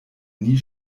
nie